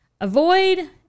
avoid